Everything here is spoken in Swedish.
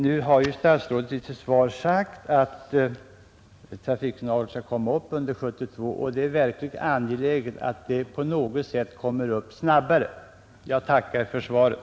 Nu har ju statsrådet i sitt svar sagt att trafiksignaler skall sättas upp under 1972. Det är verkligen angeläget att de på något sätt kommer upp snabbare. Jag tackar för svaret.